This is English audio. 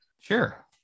Sure